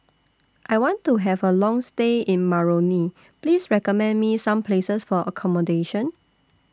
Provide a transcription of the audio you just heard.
I want to Have A Long stay in Moroni Please recommend Me Some Places For accommodation